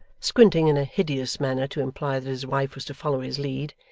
squinting in a hideous manner to imply that his wife was to follow his lead.